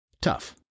Tough